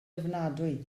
ofnadwy